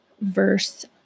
verse